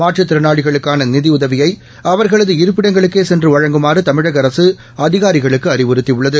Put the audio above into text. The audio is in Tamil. மாற்றுத்திறனாளிகளுக்கான நிதி உதவியை அவர்களது இருப்பிடங்களுக்கே சென்று வழங்குமாறு தமிழக அரசு அதிகாரிகளுக்கு அறிவுறுத்தியுள்ளது